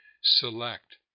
select